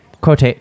quote